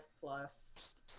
plus